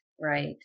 Right